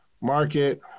market